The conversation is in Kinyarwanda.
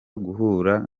guhura